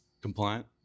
Compliant